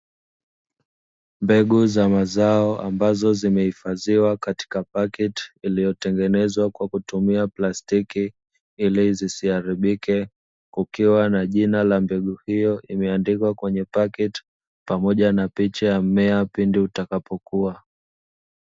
Mbegu za mazao ambazo zimehifadhiwa katika paketi, iliyotengenezwa kwa kutumia plastiki ili zisiharibike, kukiwa na jina la mbegu hiyo imeandikwa kwenye paketi, pamoja na picha ya mmea pindi utakapokua.